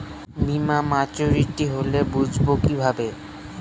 বীমা মাচুরিটি হলে বুঝবো কিভাবে?